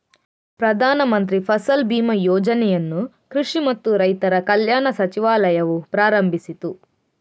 ಪ್ರಧಾನ ಮಂತ್ರಿ ಫಸಲ್ ಬಿಮಾ ಯೋಜನೆಯನ್ನು ಕೃಷಿ ಮತ್ತು ರೈತರ ಕಲ್ಯಾಣ ಸಚಿವಾಲಯವು ಪ್ರಾರಂಭಿಸಿತು